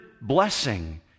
blessing